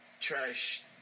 trash